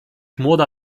młoda